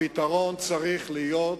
הפתרון צריך להיות,